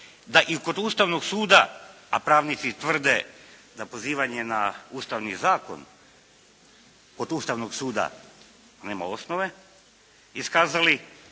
da i kod Ustavnog suda, a pravnici tvrde da pozivanje na Ustavni zakon od Ustavnog suda nema osnove iskazali